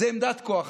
זו עמדת כוח.